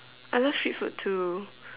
I love street food too